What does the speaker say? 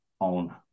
own